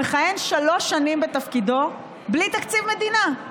מכהן שלוש שנים בתפקידו בלי תקציב מדינה.